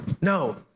No